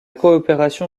coopération